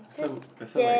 some this one might